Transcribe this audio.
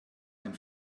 ein